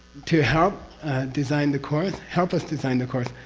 to help design the course, help us design the course,